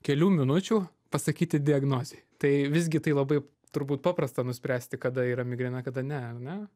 kelių minučių pasakyti diagnozei tai visgi tai labai turbūt paprasta nuspręsti kada yra migrena kada ne ar ne